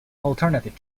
alternative